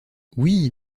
oui